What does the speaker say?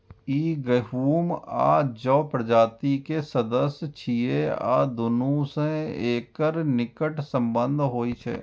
ई गहूम आ जौ प्रजाति के सदस्य छियै आ दुनू सं एकर निकट संबंध होइ छै